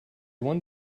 one